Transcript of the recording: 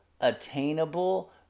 attainable